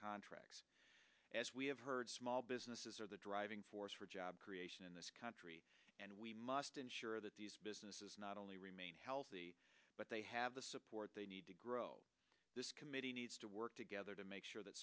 contracts as we have heard small businesses are the driving force for job creation in this country and we must ensure that these businesses not only remain healthy but they have the support they need to grow this committee needs to work together to make sure that